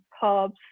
pubs